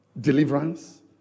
deliverance